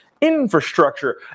infrastructure